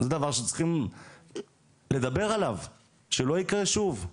זה דבר שצריכים לדבר עליו שלא יקרה שוב.